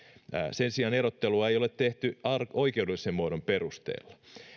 sen sijaan erottelua ei ole tehty oikeudellisen muodon perusteella